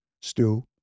stew